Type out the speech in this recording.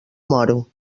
moro